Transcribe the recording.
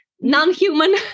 non-human